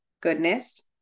goodness